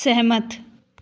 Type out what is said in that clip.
सहमत